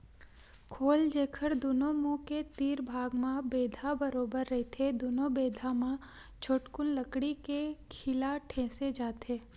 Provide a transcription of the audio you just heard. खोल, जेखर दूनो मुहूँ के तीर भाग म बेंधा बरोबर रहिथे दूनो बेधा म छोटकुन लकड़ी के खीला ठेंसे जाथे